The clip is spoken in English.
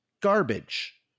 garbage